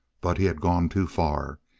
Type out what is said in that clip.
but he had gone too far.